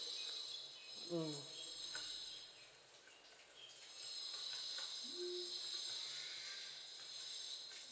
mm